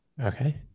Okay